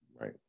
right